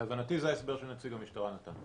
להבנתי זה ההסבר שנציג המשטרה נתן,